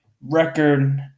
record